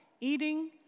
eating